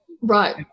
Right